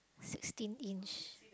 sixteen inch